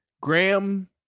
Graham